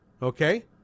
Okay